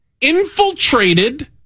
infiltrated